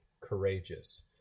courageous